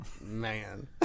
Man